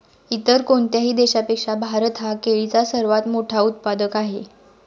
इतर कोणत्याही देशापेक्षा भारत हा केळीचा सर्वात मोठा उत्पादक आहे